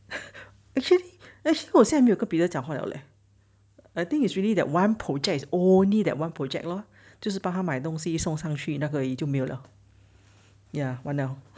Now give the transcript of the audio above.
actually actually 我现在没有跟 peter 讲话了 leh I think it's really that one project is only that one project lor 就是帮他卖东西送上去上去那个一就没有了 ya 完了